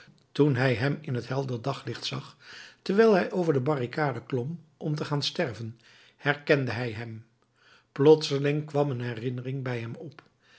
toen hij hem in het helder daglicht zag terwijl hij over de barricade klom om te gaan sterven herkende hij hem plotseling kwam een herinnering bij hem op